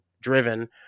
driven